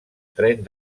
tren